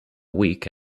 week